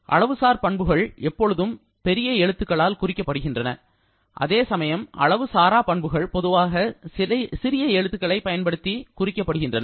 அளவுசார் பண்புகள் எப்போதும் பெரிய எழுத்துக்களால் குறிக்கப்படுகின்றன அதேசமயம் அளவு சாராபண்புகள் பொதுவாக சிறிய எழுத்துக்களைப் பயன்படுத்தி குறிப்பிடப்படுகின்றன